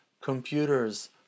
computers